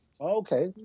Okay